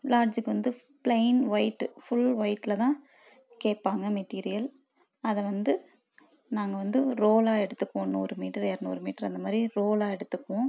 லாட்ஜுக்கு வந்து plain white full ஒயிட்டில் தான் கேட்பாங்க மெட்டீரியல் அதை வந்து நாங்கள் வந்து ரோலாக எடுத்துப்போம் நூறு மீட்டரு இரநூறு மீட்டரு அந்த மாதிரி ரோலாக எடுத்துக்குவோம்